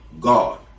God